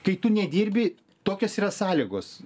kai tu nedirbi tokios yra sąlygos